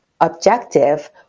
objective